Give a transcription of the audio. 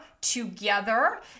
together